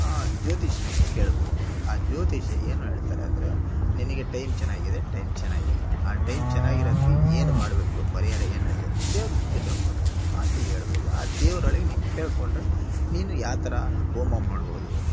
ಜ್ಯೋತಿಷನಗ್ ಕೇಳ್ಬೋದು ಆ ಜ್ಯೋತಿಷಿ ಏನು ಹೇಳ್ತಾರೆ ಅಂದರೆ ನಿನಗೆ ಟೈಮ್ ಚೆನ್ನಾಗಿದೆ ಟೈಮ್ ಚೆನ್ನಾಗಿಲ್ಲ ಆ ಟೈಮ್ ಚೆನ್ನಾಗಿರೊತ್ತಿಗೆ ಏನು ಮಾಡಬೇಕು ಪರಿಹಾರ ಏನಿದೆ ದೇವರಿಗೆ ಪೂಜೆ ಮಾಡು ಅಂತ ಹೇಳ್ಬೋದು ಆ ದೇವರೊಳಗೆ ನೀನು ಕೇಳ್ಕೊಂಡ್ರೆ ನೀನು ಯಾವ ಥರ ಹೋಮ ಮಾಡ್ಬೋದು